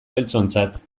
beltzontzat